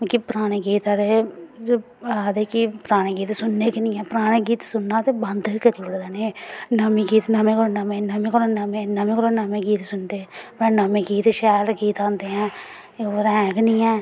जेह्ड़े पराने गीत साढ़े आक्खदे कि पराने गीत सुनने निं हैन ते पराने गीत सुनना इनें बंद गै करी ओड़दा इनें नमें कोला नमें नमें कोला नमें गीत सुनदे ते नमें गीत शैल गीत आंदे ऐं एह् हैन गै निं ऐं